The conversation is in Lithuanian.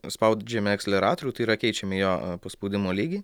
nuspaudžiame akceleratorių tai yra keičiame jo paspaudimo lygį